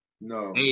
No